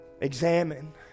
examine